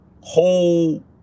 Whole